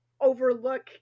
overlook